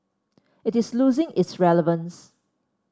it is losing its relevance